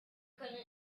können